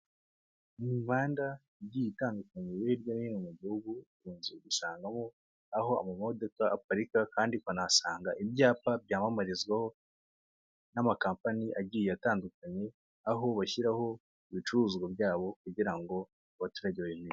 Mu mihanda igiye itandukanye yo hirya no hino mu gihugu, ikunze gusangwamo aho amamodoka aparika kandi ukanahasanga ibyapa byamamarizwaho n'amakampani agiye atandukanye, aho bashyiraho ibicuruzwa byabo kugira ngo abaturage babimenye.